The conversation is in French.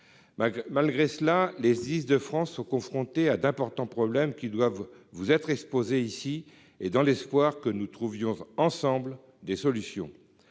Malgré cela, les Sdis de France sont confrontés à d'importants problèmes, qui doivent vous être exposés, madame la secrétaire d'État, dans l'espoir que nous trouvions ensemble des solutions.